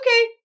Okay